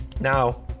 Now